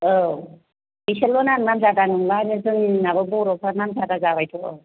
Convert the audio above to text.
औ बेसोरनोल' ना नामजादा मोनबाय जोंनाबो बर'फ्रा नामजादा जाबायथ'